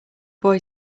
boy